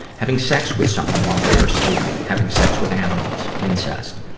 having sex with someone while they are sleeping. having sex with animals. incest.